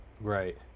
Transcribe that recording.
Right